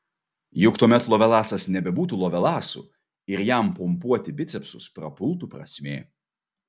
juk tuomet lovelasas nebebūtų lovelasu ir jam pompuoti bicepsus prapultų prasmė